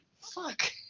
fuck